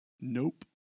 nope